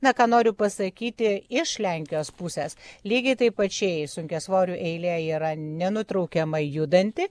na ką noriu pasakyti iš lenkijos pusės lygiai taip pačiai sunkiasvorių eilė yra nenutraukiama judanti